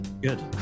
good